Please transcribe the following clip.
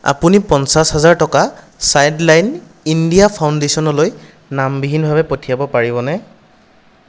আপুনি পঞ্চাছ হাজাৰ টকা চাইল্ড লাইন ইণ্ডিয়া ফাউণ্ডেশ্যনলৈ নামবিহীনভাৱে পঠিয়াব পাৰিবনে